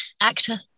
Actor